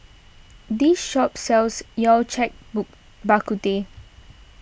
this shop sells Yao Cai Bak But Teh